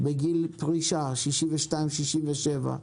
בגיל פרישה, 62 ו-67,